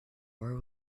where